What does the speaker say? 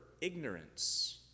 ignorance